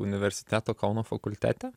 universiteto kauno fakultete